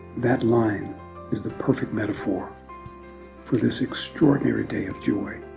that line is the perfect metaphor for this extraordinary day of joy